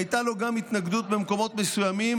שהייתה לו גם התנגדות במקומות מסוימים,